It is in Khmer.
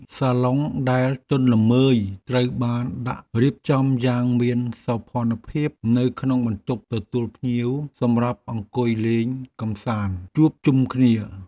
សាឡុងដែលទន់ល្មើយត្រូវបានដាក់រៀបចំយ៉ាងមានសោភ័ណភាពនៅក្នុងបន្ទប់ទទួលភ្ញៀវសម្រាប់អង្គុយលេងកម្សាន្តជួបជុំគ្នា។